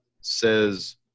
says